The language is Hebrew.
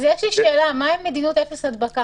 אז מה עם מדיניות אפס הדבקה,